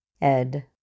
Ed